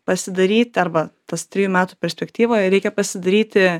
pasidaryti arba tas trijų metų perspektyvoje reikia pasidaryti